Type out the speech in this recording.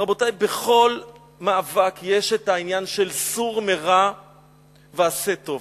רבותי, בכל מאבק יש העניין של "סור מרע ועשה טוב".